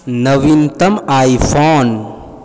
नवीनतम आई फोन